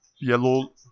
yellow